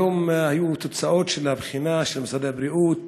היום הגיעו תוצאות הבחינה של משרד הבריאות